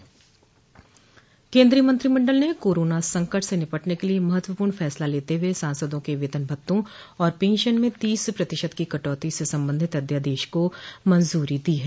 केन्द्रीय मंत्रिमंडल ने कोरोना संकट से निपटने के लिये महत्वपूर्ण फैसला लेते हुए सांसदों के वेतनभत्तों और पेंशन में तीस प्रतिशत की कटौती से संबंधित अध्यादेश को मंजूरी दी है